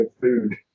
food